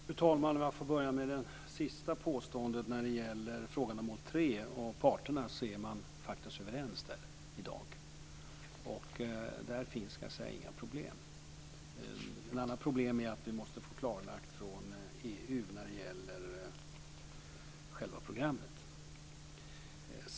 Fru talman! Jag vill börja med det sista påståendet. När det gäller frågan om mål 3 och parterna är man faktiskt överens i dag. Där finns det, ska jag säga, inga problem. Ett annat problem är att vi måste få det klarlagt från EU när det gäller själva programmet.